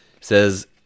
says